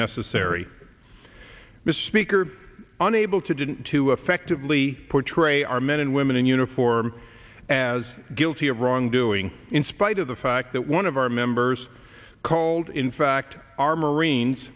necessary mr speaker unable to didn't to effectively portray our men and women in uniform as guilty of wrongdoing in spite of the fact that one of our members called in fact our marines